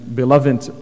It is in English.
beloved